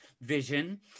vision